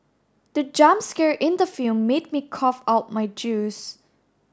the jump scare in the film made me cough out my juice